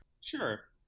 Sure